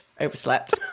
overslept